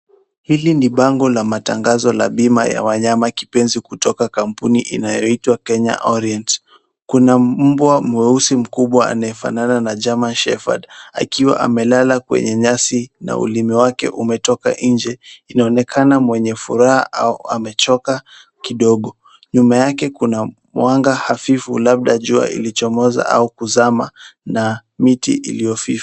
Hili ni bango la matangazo la bima ya wanyama kipenzi kutoka kampuni inayoitwa Kenya Orient. Kuna mbwa mweusi mkubwa anayefanana na German shepherd akiwa amelala kwenye nyasi na ulimi wake umetoka nje inaonekana mwenye furaha au amechoka kidogo. Nyuma yake kuna mwanga hafifu labda jua ilichomoza au kuzama na miti iliyofifu.